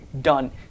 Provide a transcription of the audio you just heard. Done